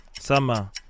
Summer